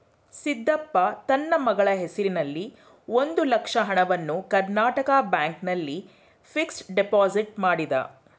ಸಿದ್ದಪ್ಪ ತನ್ನ ಮಗಳ ಹೆಸರಿನಲ್ಲಿ ಒಂದು ಲಕ್ಷ ಹಣವನ್ನು ಕರ್ನಾಟಕ ಬ್ಯಾಂಕ್ ನಲ್ಲಿ ಫಿಕ್ಸಡ್ ಡೆಪೋಸಿಟ್ ಮಾಡಿದ